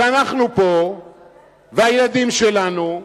שאנחנו פה והילדים שלנו,